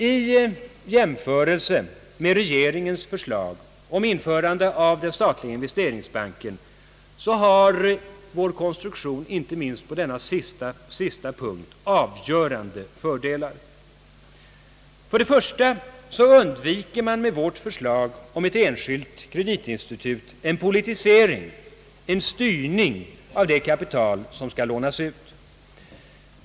I jämförelse med regeringens förslag om införande av den statliga investeringsbanken har vår konstruktion, inte minst på denna sista punkt, avgörande fördelar. För det första undviker man med vårt förslag om ett enskilt kreditinstitut en politisering, en styrning av det kapital som skall lånas ut.